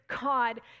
God